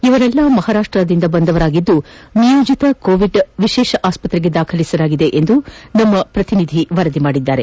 ಇವರೆಲ್ಲ ಮಹಾರಾಷ್ಟ್ದಿಂದ ಬಂದವರಾಗಿದ್ದು ನಿಯೋಜಿತ ಕೋವಿಡ್ ವಿಶೇಷ ಆಸ್ವತ್ರೆಗೆ ದಾಖಲಿಸಲಾಗಿದೆ ಎಂದು ನಮ್ಮ ಪ್ರತಿನಿಧಿ ವರದಿ ಮಾಡಿದ್ದಾರೆ